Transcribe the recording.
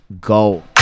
go